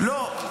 --- לא,